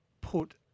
put